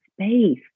space